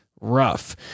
rough